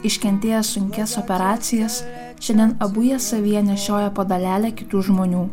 iškentėję sunkias operacijas šiandien abu jie savyje nešioja po dalelę kitų žmonių